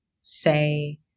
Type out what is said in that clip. say